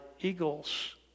eagles